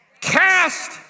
cast